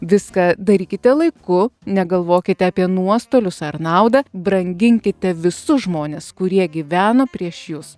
viską darykite laiku negalvokite apie nuostolius ar naudą branginkite visus žmones kurie gyveno prieš jus